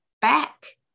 back